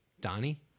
Donnie